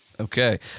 Okay